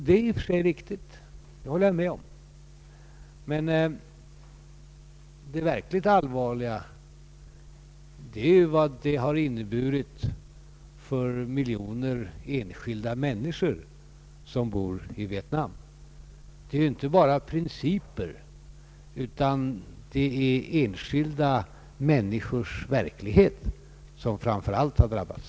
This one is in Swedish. Det är i och för sig riktigt, det håller jag med om, men det verkligt allvarliga är ju vad den har inneburit för miljoner enskilda människor som bor i Vietnam, Det är inte bara principer utan det är enskilda människors verklighet som framför allt har drabbats.